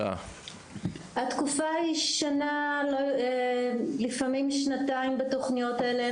התקופה היא שנה ולפעמים שנתיים בתוכניות האלה.